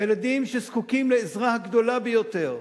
הילדים שזקוקים לעזרה הגדולה ביותר,